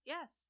Yes